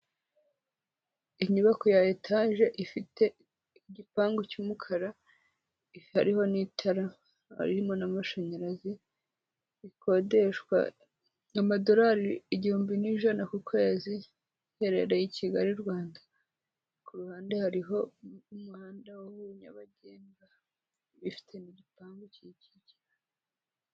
Inyubako ya etaje ifite igipangu cy'umukara, hariho n'itara, harimo n'amashanyarazi, rikodeshwa amadolari igihumbi n'ijana ku kwezi, iherereye i Kigali, Rwanda, ku ruhande hariho undi muhanda nyabagendwa ifite n'igipangu kiyikikije.